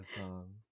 Song